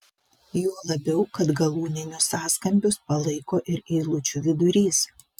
juo labiau kad galūninius sąskambius palaiko ir eilučių vidurys